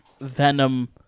Venom